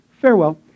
Farewell